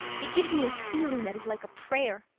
it gives me a feeling that is like a prayer.